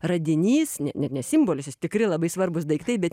radinys ne ne ne simbolis jis tikri labai svarbūs daiktai bet